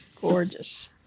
Gorgeous